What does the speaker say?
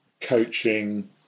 coaching